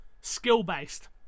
skill-based